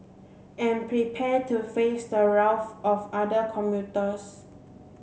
and prepare to face the wrath of other commuters